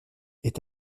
est